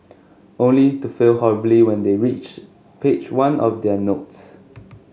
only to fail horribly when they reach page one of their notes